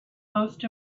most